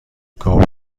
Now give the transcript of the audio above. کاهو